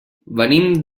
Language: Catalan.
venim